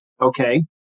okay